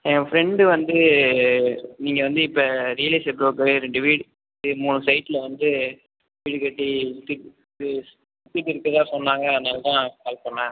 என் friend வந்து நீங்கள் வந்து இப்போ ரியல் எஸ்டேட் புரோக்கரு ரெண்டு வீடு மூணு சைட்டில் வந்து வீடு கட்டி விட்டுட்ருக்கு விட்டுவிட்டு இருக்கிறதா சொன்னாங்க அதனால் தான் கால் பண்ணிணேன்